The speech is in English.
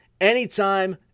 anytime